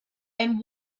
and